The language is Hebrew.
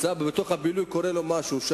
בזמן הבילוי קורה לו משהו.